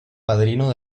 padrino